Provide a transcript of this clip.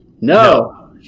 no